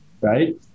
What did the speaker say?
right